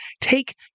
take